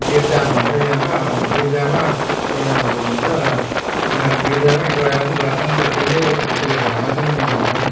गिर्जा भन्छ यहाँ त गिर्जामा प्रोग्रामहरू हुन्छ र उनीहरू गिर्जामै गएर पनि गर्छन् कतिले कतिले घरमै पनि मनाउँछन्